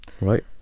Right